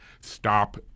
stop